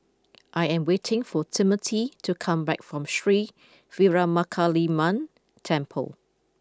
I am waiting for Timothy to come back from Sri Veeramakaliamman Temple